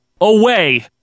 away